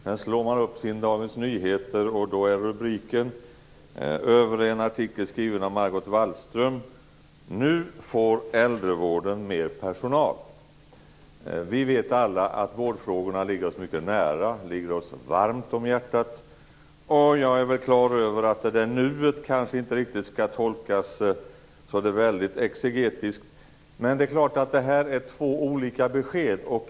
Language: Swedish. Sedan slår man upp sin Dagens Nyheter, och då är rubriken över en artikel skriven av Margot Wallström: Nu får äldrevården mer personal. Vi vet alla att vårdfrågorna ligger oss mycket nära och varmt om hjärtat. Jag är klar över att detta nu inte riktigt skall tolkas så där väldigt exegetiskt. Men det är två olika besked.